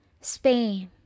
Spain